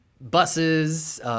buses